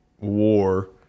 war